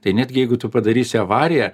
tai netgi jeigu tu padarysi avariją